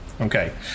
Okay